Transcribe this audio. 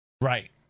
Right